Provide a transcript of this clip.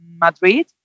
Madrid